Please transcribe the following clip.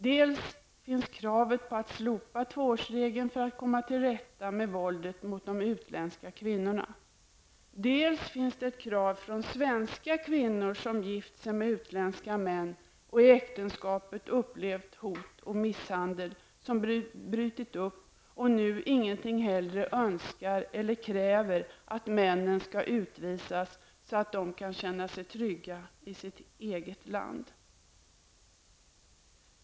Dels finns kravet på att slopa tvåårsregeln för att komma till rätta med våldet mot de utländska kvinnorna, dels finns ett krav från svenska kvinnor som gift sig med utländska män och i äktenskapet upplevt hot och misshandel, och som brutit upp och nu ingenting hellre önskar eller kräver än att männen skall utvisas, så att de kan känna sig trygga i sitt eget land.